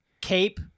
Cape